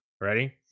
ready